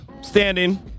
standing